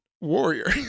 warrior